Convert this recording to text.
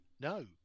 no